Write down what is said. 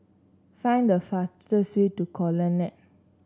find the fastest way to The Colonnade